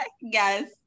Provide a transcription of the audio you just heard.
yes